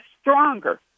stronger